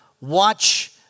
watch